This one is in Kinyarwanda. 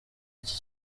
iki